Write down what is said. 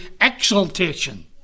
exaltation